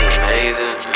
amazing